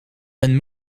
een